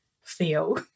feel